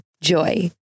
Joy